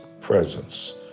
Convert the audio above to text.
presence